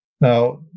Now